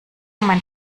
mein